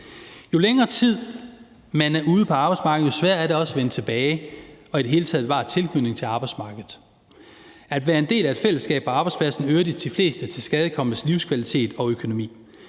Jo længere tid man er uden for arbejdsmarkedet, jo sværere er det også at vende tilbage og i det hele taget bevare tilknytningen til arbejdsmarkedet. At være en del af et fællesskab på arbejdspladsen øger de fleste tilskadekomnes livskvalitet og økonomi.